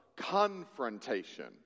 Confrontation